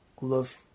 love